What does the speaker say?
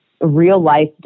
real-life